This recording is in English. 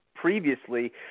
previously